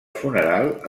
funeral